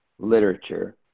literature